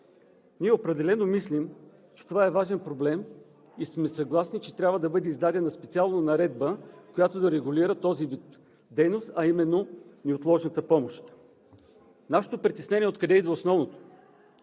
Ние определено мислим, че това е важен проблем и сме съгласни, че трябва да бъде издадена специална наредба, която да регулира този вид дейност, а именно неотложната помощ. Откъде идва нашето